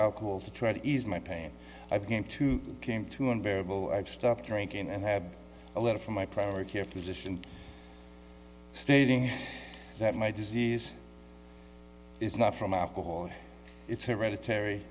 alcohol to try to ease my pain i came to came to unbearable i stopped drinking and had a letter from my primary care physician stating that my disease is not from alcohol it's hereditary